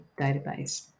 database